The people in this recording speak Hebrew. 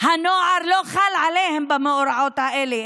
הנוער לא חל עליהם במאורעות האלה,